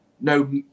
no